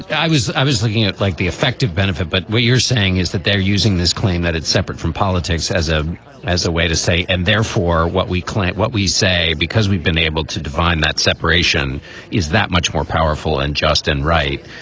yeah i was i was looking at like the effective benefit. but what you're saying is that they're using this claim that it's separate from politics as a as a way to say and therefore, what we claim, what we say, because we've been able to define that separation is that much more powerful. and justin. right.